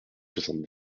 soixante